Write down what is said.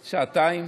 כמה, שעתיים?